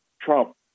Trump